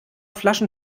flaschen